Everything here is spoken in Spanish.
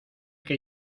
que